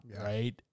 Right